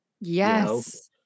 Yes